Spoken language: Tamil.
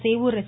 சேவூர் ஸ்